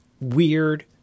weird